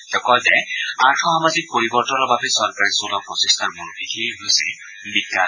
তেওঁ কয় যে আৰ্থসামাজিক পৰিৱৰ্তনৰ বাবে চৰকাৰে চলোৱা প্ৰচেষ্টাৰ মূল ভেটিয়ে হৈছে বিজ্ঞান